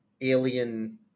alien